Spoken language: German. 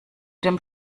dem